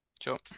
sure